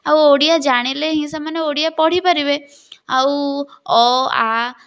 ଆଉ ଓଡ଼ିଆ ଜାଣିଲେ ହିଁ ସେମାନେ ଓଡ଼ିଆ ପଢ଼ି ପାରିବେ ଆଉ ଅ ଆ